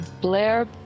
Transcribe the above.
Blair